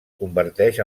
converteix